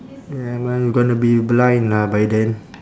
ya man you gonna be blind lah by then